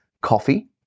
coffee